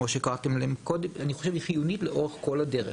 כמו שקראתם לה קודם היא חיונית לאורך כל הדרך